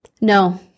No